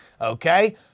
okay